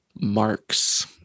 marks